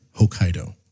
Hokkaido